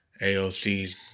AOC's